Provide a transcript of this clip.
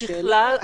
ככלל,